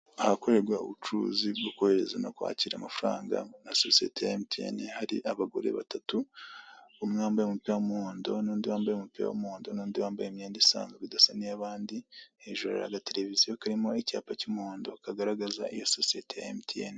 Ahakorerwa ubucuruzi bwo kohereza no kwakira amafaranga, ha sosiyete ya emutiyeni; hari abagore batatu, umwe wambaye umupira w'umuhondo, n'undi wambaye umupira w'umuhondo, n'undi wambaye imyenda isanzwe idasa n'iy'abandi; hejuru hari agateleviziyo karimo icyapa cy'umuhondo kagaragaza iyo sosiyete ya emutiyeni.